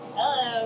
Hello